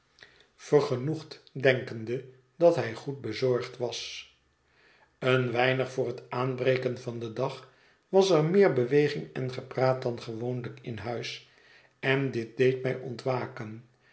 vergenoegd denkende dat hij goed bezorgd was een weinig voor het aanbreken van den dag was er meer beweging en gepraat dan gewoonlijk in huis en dit deed mij ontwaken